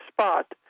spot